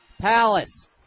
Palace